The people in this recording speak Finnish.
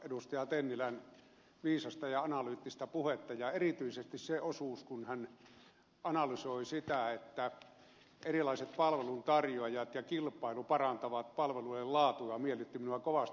tennilän viisasta ja analyyttistä puhetta ja erityisesti se osuus kun hän analysoi sitä että erilaiset palveluntarjoajat ja kilpailu parantavat palvelujen laatua miellytti minua kovasti